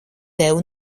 tev